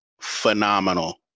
phenomenal